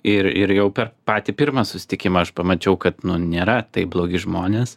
ir ir jau per patį pirmą susitikimą aš pamačiau kad nu nėra tai blogi žmonės